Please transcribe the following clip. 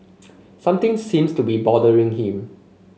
something seems to be bothering him